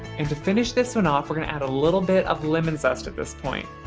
and to finish this one off, we're gonna add a little bit of lemon zest at this point.